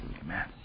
Amen